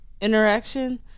interaction